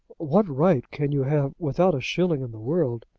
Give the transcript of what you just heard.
what right can you have without a shilling in the world?